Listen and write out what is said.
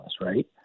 right